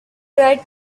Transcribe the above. write